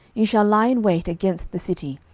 ye shall lie in wait against the city,